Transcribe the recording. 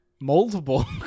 multiple